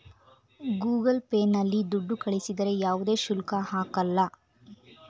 Google Pay ನಲ್ಲಿ ದುಡ್ಡು ಕಳಿಸಿದರೆ ಯಾವುದೇ ಶುಲ್ಕ ಹಾಕಲ್ಲ